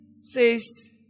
says